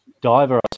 diver